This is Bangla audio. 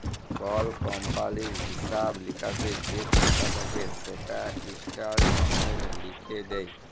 কল কমপালির হিঁসাব লিকাসের যে খাতা থ্যাকে সেটা ইস্ট্যাটমেল্টে লিখ্যে দেয়